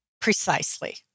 Precisely